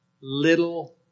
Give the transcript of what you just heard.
little